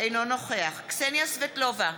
אינו נוכח קסניה סבטלובה,